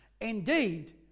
Indeed